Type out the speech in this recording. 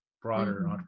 broader